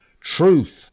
Truth